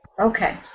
Okay